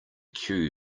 cue